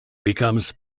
becomes